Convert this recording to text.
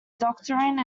doctrine